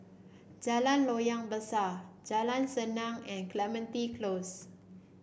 Jalan Loyang Besar Jalan Senang and Clementi Close